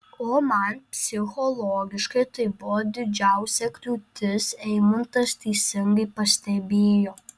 o man psichologiškai tai buvo didžiausia kliūtis eimuntas teisingai pastebėjo